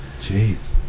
Jeez